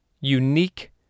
unique